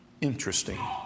Interesting